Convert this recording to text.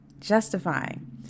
justifying